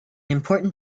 important